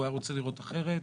הוא היה רוצה לראות אחרת.